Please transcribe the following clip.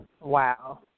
Wow